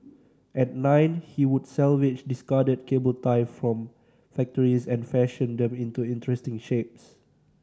at nine he would salvage discarded cable tie from factories and fashion them into interesting shapes